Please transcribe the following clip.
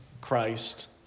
Christ